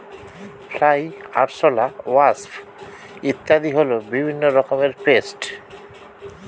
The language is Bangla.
ফ্লাই, আরশোলা, ওয়াস্প ইত্যাদি হল বিভিন্ন রকমের পেস্ট